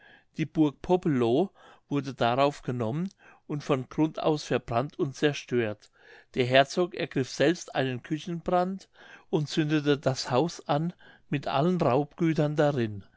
die burg poppelow wurde darauf genommen und von grund aus verbrannt und zerstört der herzog ergriff selbst einen küchenbrand und zündete das haus an mit allen raubgütern darin